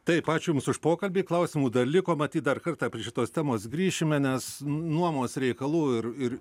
taip ačiū jums už pokalbį klausimų dar liko matyt dar kartą prie šitos temos grįšime nes nuomos reikalų ir ir